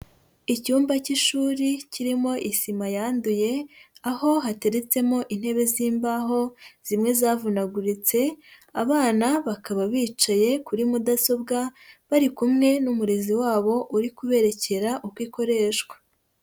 Icyumba cy'ishuri kirimo isima yanduye, aho hateretsemo intebe z'imbaho zimwe zavunaguritse, abana bakaba bicaye kuri mudasobwa bari kumwe n'umurezi wabo uri kuberekera uko ikoreshwa.